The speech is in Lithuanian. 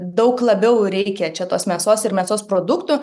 daug labiau reikia čia tos mėsos ir mėsos produktų